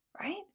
right